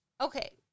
Okay